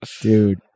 dude